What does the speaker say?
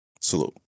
Salute